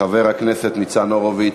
חבר הכנסת ניצן הורוביץ,